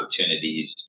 opportunities